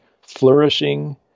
flourishing